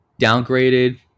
Downgraded